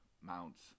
mounts